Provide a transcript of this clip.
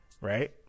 right